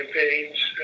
campaigns